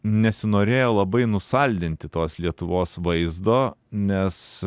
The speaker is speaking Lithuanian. nesinorėjo labai nusaldinti tos lietuvos vaizdo nes